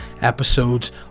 episodes